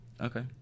okay